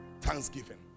thanksgiving